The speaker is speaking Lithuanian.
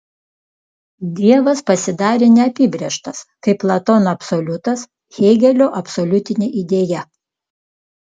dievas pasidarė neapibrėžtas kaip platono absoliutas hėgelio absoliutinė idėja